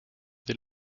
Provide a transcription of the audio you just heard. the